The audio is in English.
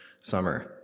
Summer